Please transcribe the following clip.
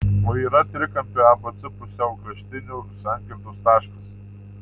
o yra trikampio abc pusiaukraštinių sankirtos taškas